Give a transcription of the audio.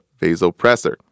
vasopressor